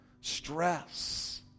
stress